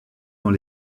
dans